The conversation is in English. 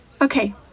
Okay